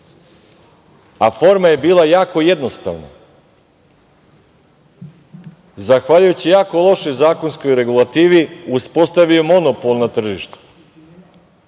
Forma je bila jako jednostavna. Zahvaljujući jako lošoj zakonskoj regulativi, uspostavio je monopol na tržištu. Hteli